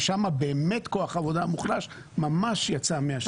ששם באמת כוח העבודה המוחלש ממש יצא מהשוק.